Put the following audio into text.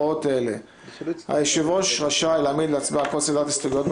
הוראות אלה: (א)היושב-ראש רשאי להעמיד להצבעה כל סדרת הסתייגויות,